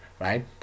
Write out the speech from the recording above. right